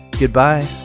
Goodbye